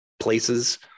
places